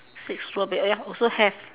six strawber~ ya also have